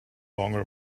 longer